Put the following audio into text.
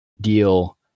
Deal